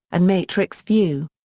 and matrix view.